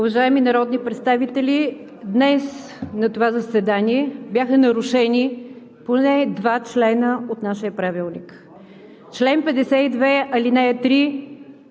Уважаеми народни представители! Днес на това заседание бяха нарушени поне два члена от нашия правилник – чл. 52, ал. 3